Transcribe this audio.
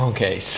Okay